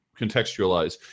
contextualize